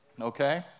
okay